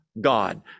God